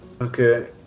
Okay